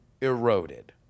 eroded